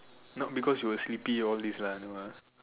not because you were sleepy all this lah no ah